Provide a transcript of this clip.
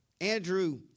Andrew